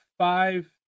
five